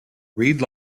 reed